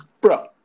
Bro